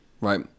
right